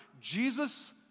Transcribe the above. Jesus